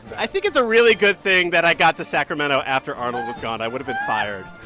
i think it's a really good thing that i got to sacramento after arnold was gone. i would've been fired.